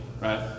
right